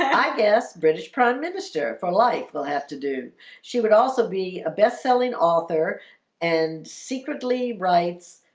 i guess british prime minister for life will have to do she would also be a best-selling author and secretly writes